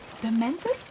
Demented